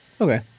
Okay